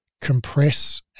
compress